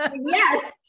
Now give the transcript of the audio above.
Yes